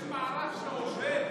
יש מערך שעובד,